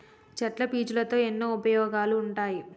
చెట్ల పీచులతో ఎన్నో ఉపయోగాలు ఉంటాయి